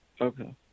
Okay